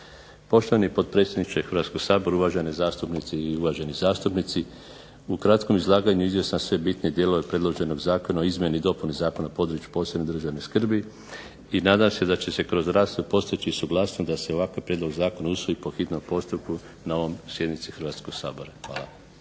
Poštovani potpredsjedniče Hrvatskog sabora, uvažene zastupnice i uvaženi zastupnici u kratkom izlaganju iznio sam sve bitne dijelove predloženog Zakona o izmjeni i dopuni Zakona o području posebne državne skrbi, i nadam se da će se kroz raspravu postići suglasnost da se ovakav prijedlog zakona usvoji po hitnom postupku na ovoj sjednici Hrvatskog sabora. Hvala.